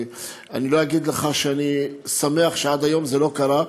אני לא אגיד לך שאני שמח שעד היום זה לא קרה,